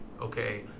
okay